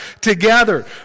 together